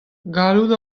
gallout